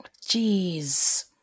Jeez